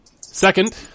second